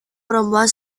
perempuan